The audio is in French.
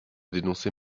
dénoncer